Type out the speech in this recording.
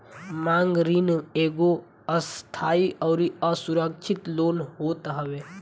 मांग ऋण एगो अस्थाई अउरी असुरक्षित लोन होत हवे